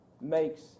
makes